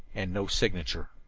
and no signature.